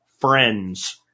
friends